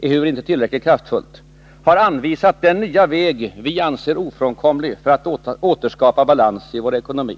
ehuru inte tillräckligt kraftfullt — har anvisat den nya väg vi anser ofrånkomlig för att återskapa balans i vår ekonomi.